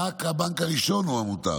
רק הבנק הראשון הוא המוטב.